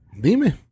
Dime